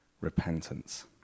repentance